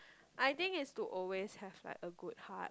I think it's to always have like a good heart